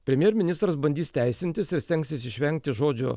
premjerministras bandys teisintis ir stengsis išvengti žodžio